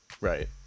Right